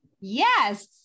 Yes